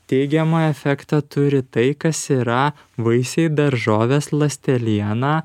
teigiamą efektą turi tai kas yra vaisiai daržovės ląsteliena